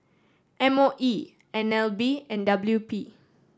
M O E N L B and W P